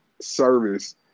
service